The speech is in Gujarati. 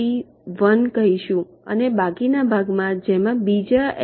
1 કહીશું અને બાકીના ભાગમાં જેમાં બીજા એલ